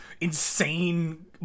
insane